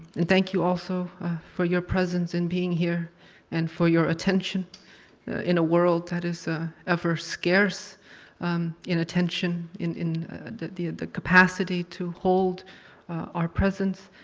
and thank you also for your presence in being here and for your attention in a world that is ah ever scarce in attention in in the the capacity to hold our presence.